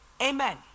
Amen